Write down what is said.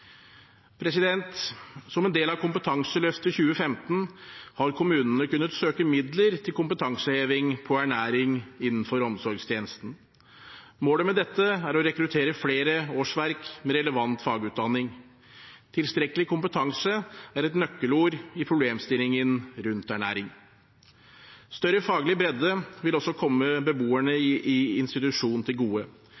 Som en del av Kompetanseløftet 2015 har kommunene kunnet søke midler til kompetanseheving når det gjelder ernæring innenfor omsorgstjenesten. Målet med dette er å rekruttere flere årsverk med relevant fagutdanning. Tilstrekkelig kompetanse er et nøkkelord i problemstillingene rundt ernæring. Større faglig bredde vil også komme beboerne i institusjon til gode,